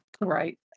right